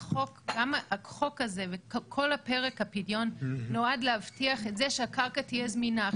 החוק וכל כל פרק הפדיון נועד להבטיח את זה שהקרקע תהיה זמינה.